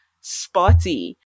spotty